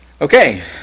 Okay